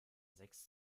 sechs